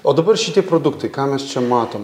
o dabar šitie produktai ką mes čia matom